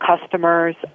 customers